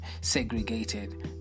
segregated